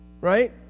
Right